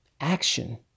action